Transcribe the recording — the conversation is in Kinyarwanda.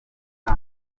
nta